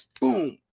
Boom